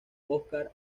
oscar